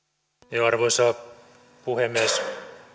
arvoisa puhemies